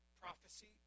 prophecy